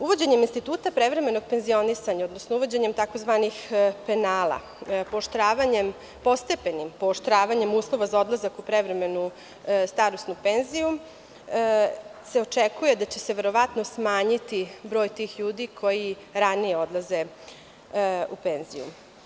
Uvođenjem instituta prevremenog penzionisanja, odnosno uvođenjem tzv. penala, postepeni pooštravanjem uslova za odlazak u prevremenu starosnu penziju se očekuje da će se verovatno smanjiti broj tih ljudi koji ranije odlaze u penziju.